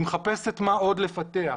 היא מחפשת מה עוד לפתח.